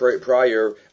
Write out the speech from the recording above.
Prior